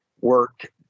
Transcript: work